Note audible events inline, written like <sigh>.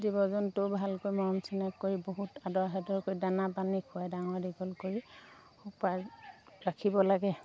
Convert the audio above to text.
জীৱ জন্তু ভালকৈ মৰম চেনেহ কৰি বহুত আদৰ সাদৰ কৰি দানা পানী খুৱাই ডাঙৰ দীঘল কৰি <unintelligible> ৰাখিব লাগে